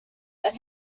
but